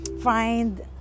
find